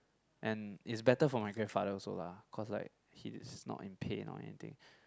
and it's better for my grandfather also lah cause like he's not in pain or anything